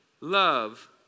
love